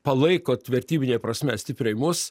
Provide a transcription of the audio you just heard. palaikot vertybine prasme stipriai mus